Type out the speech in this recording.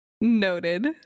noted